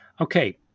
okay